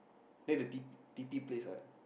then D D P place right